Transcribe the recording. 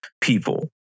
people